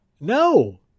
No